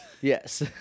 yes